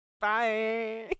Bye